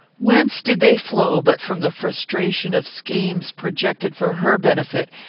whence did they flow but from the frustration of schemes projected for her benefit,